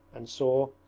and saw,